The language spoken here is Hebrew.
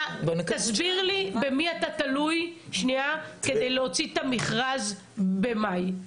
תסביר לי, במי אתה תלוי כדי להוציא את המכרז במאי?